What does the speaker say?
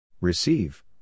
Receive